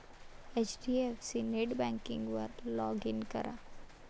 HDFC नेटबँकिंगवर log in करा